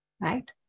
right